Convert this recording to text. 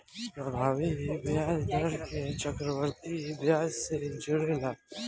प्रभावी ब्याज दर के चक्रविधि ब्याज से जोराला